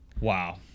wow